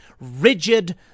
rigid